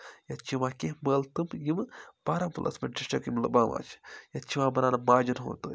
ییٚتہِ چھِ یِوان کیٚنٛہہ مٲلہٕ تِم یِمہٕ بارہمولاہَس پٮ۪ٹھ ڈِسٹرک یِم لُباما چھِ ییٚتہِ چھِ یِوان مناونہٕ ماجَن ہُنٛد تہٕ